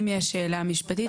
אם יש שאלה משפטית,